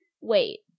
wait